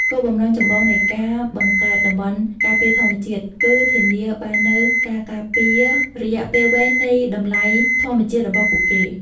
គោលបំណងចម្បងនៃការបង្កើតតំបន់ការពារធម្មជាតិ គឺធានាបាននូវការការពាររយៈពេលវែងនៃតម្លៃធម្មជាតិរបស់ពួកគេ។